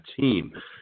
team